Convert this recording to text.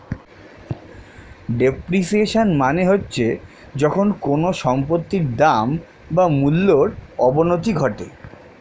depreciation মানে হচ্ছে যখন কোনো সম্পত্তির দাম বা মূল্যর অবনতি ঘটে